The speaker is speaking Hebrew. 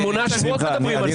שמונה שבועות אנחנו מדברים על זה.